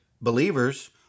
believers